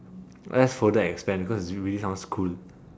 let's further expand cause it really sounds cool